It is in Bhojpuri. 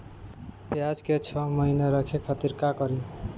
प्याज के छह महीना रखे खातिर का करी?